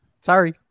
Sorry